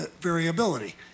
variability